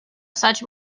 such